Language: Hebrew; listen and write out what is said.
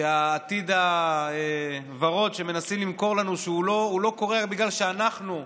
שהעתיד הוורוד שמנסים למכור לנו שהוא לא קורה רק בגלל שאנחנו אשמים,